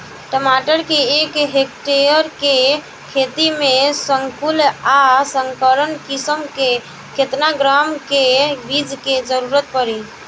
टमाटर के एक हेक्टेयर के खेती में संकुल आ संकर किश्म के केतना ग्राम के बीज के जरूरत पड़ी?